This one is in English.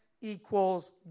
equals